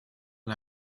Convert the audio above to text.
and